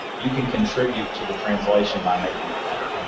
you can contribute to the translation by making it better,